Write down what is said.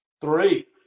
Three